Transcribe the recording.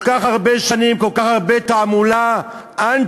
כל כך הרבה שנים, כל כך הרבה תעמולת אנטי,